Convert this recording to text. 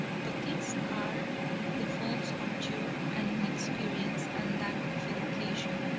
but these are the faults of youth and inexperience and lack of education,